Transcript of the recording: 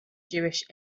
jewish